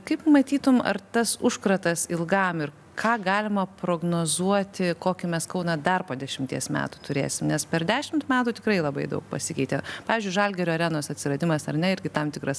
kaip matytum ar tas užkratas ilgam ir ką galima prognozuoti kokį mes kauną dar po dešimties metų turėsim nes per dešimt metų tikrai labai daug pasikeitė pavyzdžiui žalgirio arenos atsiradimas ar ne irgi tam tikras